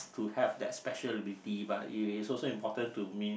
to have that special ability but it is also important to